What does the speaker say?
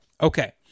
Okay